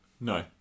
No